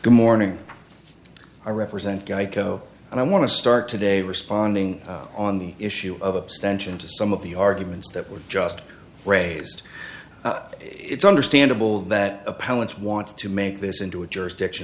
good morning i represent geico and i want to start today responding on the issue of abstention to some of the arguments that were just raised it's understandable that opponents want to make this into a jurisdiction